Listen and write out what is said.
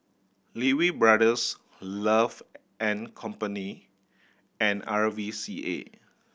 Lee Wee Brothers Love and Company and R V C A